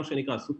super spreading,